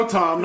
Tom